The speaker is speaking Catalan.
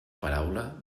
paraula